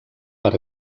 per